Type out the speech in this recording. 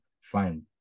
fine